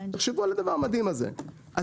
תחשבו על הדבר המדהים הזה,